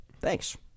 Thanks